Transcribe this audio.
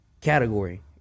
category